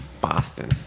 Boston